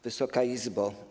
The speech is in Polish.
Wysoka Izbo!